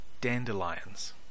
dandelions